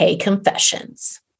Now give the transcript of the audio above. confessions